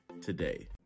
today